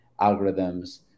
algorithms